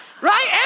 right